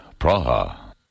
Praha